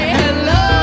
hello